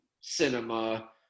cinema